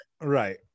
Right